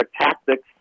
tactics